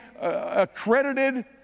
accredited